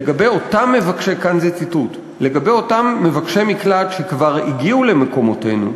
"לגבי אותם מבקשים מקלט שכבר הגיעו למקומותינו,